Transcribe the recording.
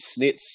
snits